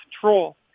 control